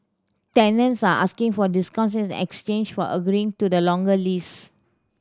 tenants are asking for discounts in exchange for agreeing to the longer lease